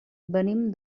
venim